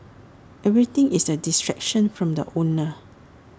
everything is A distraction from the owner